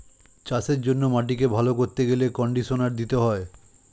চাষের জন্য মাটিকে ভালো করতে গেলে কন্ডিশনার দিতে হয়